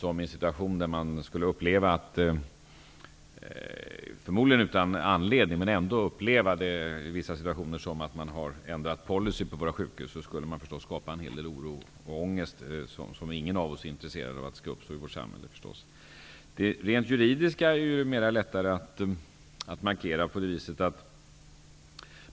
Om det -- förmodligen helt utan anledning -- i vissa situationer kan upplevas som att våra sjukhus har ändrat policy, skapas förstås en hel del oro och ångest, och ingen av oss är naturligtvis intressad av det. Det rent juridiska är lättare att markera.